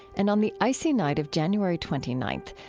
and on the icy night of january twenty ninth,